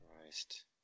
Christ